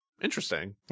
Interesting